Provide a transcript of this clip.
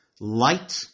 Light